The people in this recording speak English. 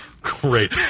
Great